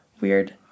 Weird